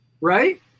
Right